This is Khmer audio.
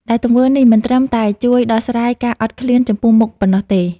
ដែលទង្វើនេះមិនត្រឹមតែជួយដោះស្រាយការអត់ឃ្លានចំពោះមុខប៉ុណ្ណោះទេ។